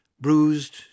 bruised